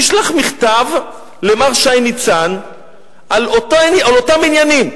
נשלח מכתב למר שי ניצן על אותם עניינים,